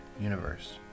Universe